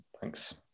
Thanks